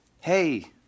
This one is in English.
Hey